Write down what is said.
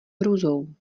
hrůzou